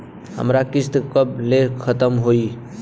हमार किस्त कब ले खतम होई?